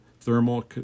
thermal